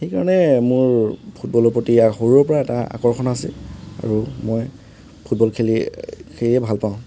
সেইকাৰণে মোৰ ফুটবলৰ প্ৰতি আৰু সৰুৰে পৰা এটা আকৰ্ষণ আছে আৰু মই ফুটবল খেলি সেয়ে ভাল পাওঁ